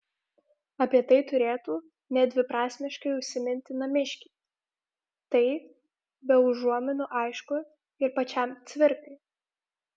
apie tai turėtų nedviprasmiškai užsiminti namiškiai tai be užuominų aišku ir pačiam cvirkai